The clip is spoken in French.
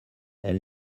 elle